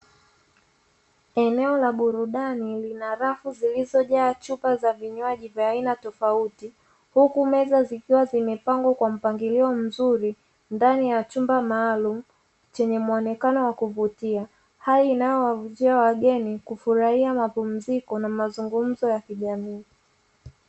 Eneo la burudani lina rafu zilizojaa chupa za vinywaji vya aina tofauti, huku meza zikiwa zimepangwa kwa mpangilio mzuri ndani ya chumba maalumu, chenye muonekano wa kuvutia. Hali inayowavutia wageni kufurahia mapumziko na mazungumzo ya kijamii.